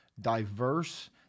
diverse